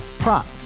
Prop